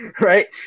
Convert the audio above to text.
right